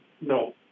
no